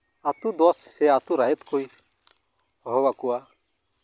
ᱟᱹᱛᱩ ᱫᱚᱥ ᱥᱮ ᱟᱹᱛᱩ ᱨᱟᱭᱚᱛ ᱠᱚᱭ ᱦᱚᱦᱚᱣᱟᱠᱚᱣᱟ